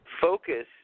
Focus